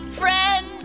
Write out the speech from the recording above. friend